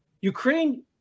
Ukraine